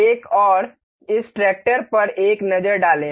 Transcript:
एक और इस ट्रैक्टर पर एक नज़र डालें